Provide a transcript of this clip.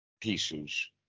pieces